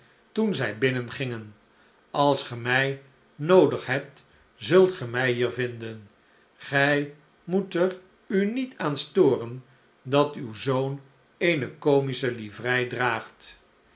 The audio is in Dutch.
toen zij binnengingen als ge mij noodig hebt zult ge mij hier vinden gij moet er u niet aan storen dat uw zoon eene comische livrei draagt